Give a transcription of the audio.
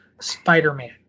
spider-man